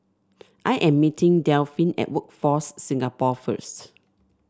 I am meeting Delphin at Workforce Singapore first